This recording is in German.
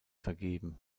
vergeben